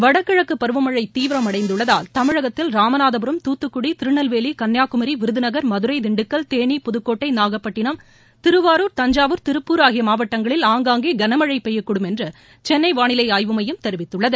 வடகிழக்கு பருவமழை தீவிரமடைந்துள்ளதால் தமிழகத்தில் ராமநாதபுரம் தூத்துக்குடி திருநெல்வேலி கன்னியாகுமரி விருதுநகர் மதுரை திண்டுக்கல் தேனி புதுக்கோட்டை நாகப்பட்டினம் திருவாரூர் தஞ்சாவூர் திருப்பூர் ஆகிய மாவட்டங்களில் ஆங்காங்கே கனமழை பெய்யக்கூடும் என்று சென்னை வானிலை ஆய்வு மையம் தெரிவித்துள்ளது